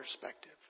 perspective